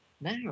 now